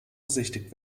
besichtigt